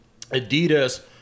Adidas